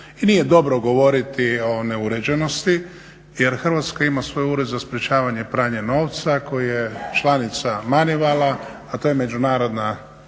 i nije dobro govoriti o neuređenosti jer Hrvatska ima svoj ured za sprječavanje pranja novca koji je članica mani vala a to je međunarodna